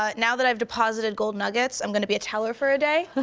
ah now that i've deposited gold nuggets, i'm gonna be a teller for a day.